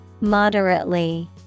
Moderately